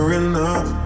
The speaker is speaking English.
enough